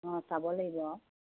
অঁ চাব লাগিব আৰু